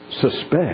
suspect